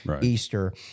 Easter